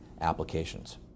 Applications